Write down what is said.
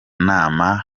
nama